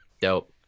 Dope